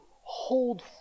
hold